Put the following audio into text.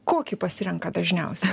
kokį pasirenka dažniausiai